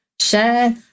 share